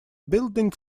building